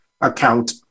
account